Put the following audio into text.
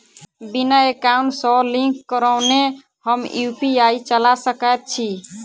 बिना एकाउंट सँ लिंक करौने हम यु.पी.आई चला सकैत छी?